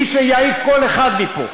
מי שיעיף כל אחד מפה.